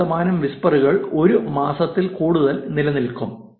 2 ശതമാനം വിസ്പറുകൾ ഒരു മാസത്തിൽ കൂടുതൽ നിലനിൽക്കും